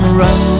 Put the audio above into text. run